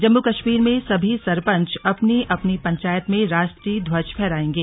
जम्मू कश्मीर में सभी सरपंच अपनी अपनी पंचायत में राष्ट्रीय ध्वज फहराएंगे